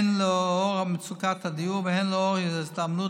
הן לנוכח מצוקת הדיור והן לאור ההזדמנות